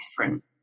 different